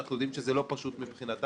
ואנחנו יודעים שזה לא פשוט מבחינתם,